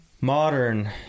Modern